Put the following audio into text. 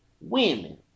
women